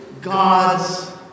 God's